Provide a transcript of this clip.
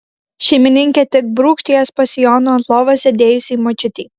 šeimininkė tik brūkšt jas po sijonu ant lovos sėdėjusiai močiutei